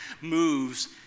moves